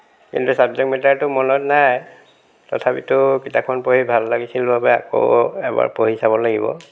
এনে ছাবজেক্ট মেটাৰটো মনত নাই তথাপিটো কিতাপখন পঢ়ি ভাল লাগিছিল বাবে আকৌ এবাৰ পঢ়ি চাব লাগিব